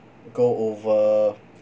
go over